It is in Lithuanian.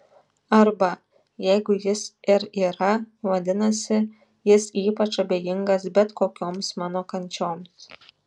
arba jeigu jis ir yra vadinasi jis ypač abejingas bet kokioms mano kančioms